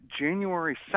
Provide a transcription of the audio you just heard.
January